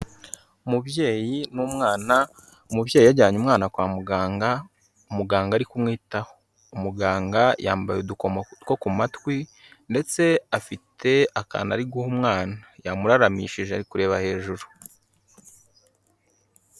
Umubyeyi n'umwana, umubyeyi yajyanye umwana kwa muganga, umuganga ari kumwitaho, umuganga yambaye udukomo two ku matwi, ndetse afite akanatu ari guha umwana yamuraramishije ari kureba hejuru.